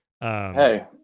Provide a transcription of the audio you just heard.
Hey